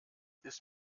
ist